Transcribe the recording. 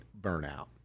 burnout